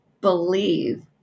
believe